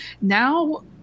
now